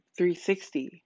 360